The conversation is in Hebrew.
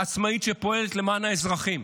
עצמאית שפועלת למען האזרחים.